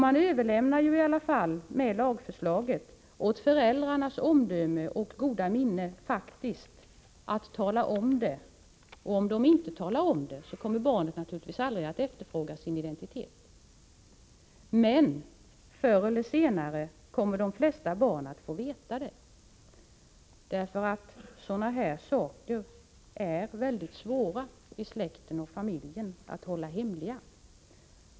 Man överlämnar i alla fall med lagförslaget åt föräldrarnas omdöme och goda minne att tala om det. Om föräldrarna inte talar om det kommer barnet naturligtvis aldrig att efterfråga sin identitet. Men förr eller senare kommer de flesta barn att få veta det, därför att sådana här saker är mycket svåra att hålla hemliga i släkten och familjen.